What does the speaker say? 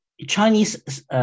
Chinese